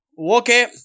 Okay